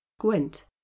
Gwent